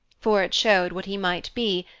for it showed what he might be,